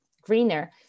greener